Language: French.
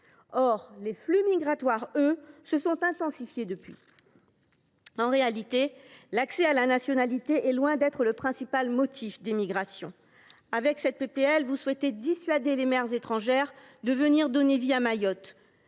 Or les flux migratoires, eux, se sont intensifiés depuis. En réalité, l’accès à la nationalité est loin d’être la principale cause des migrations. Par le biais de cette proposition de loi, vous souhaitez dissuader les mères étrangères de venir donner vie à Mayotte.